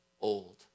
old